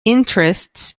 interests